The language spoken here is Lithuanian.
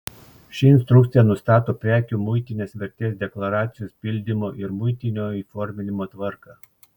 ši instrukcija nustato prekių muitinės vertės deklaracijos pildymo ir muitinio įforminimo tvarką